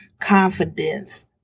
confidence